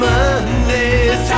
Mondays